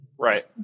Right